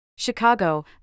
Chicago